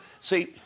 see